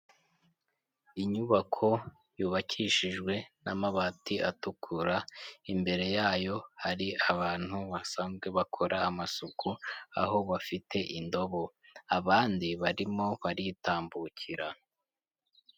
Inyubako yubakishijwe n'amabati atukura imbere yayo hari abantu basanzwe bakora amasuku, aho bafite indobo abandi barimo baritambukira.